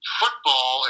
football